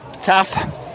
Tough